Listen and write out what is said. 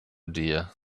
dear